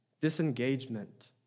disengagement